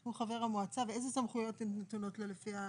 הוא חבר המועצה, ואיזה סמכויות נתונות לו לפי,